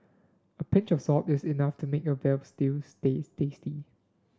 a pinch of salt is enough to make a veal stew stay tasty